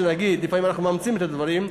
לפעמים אנחנו מאמצים את הדברים,